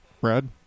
Brad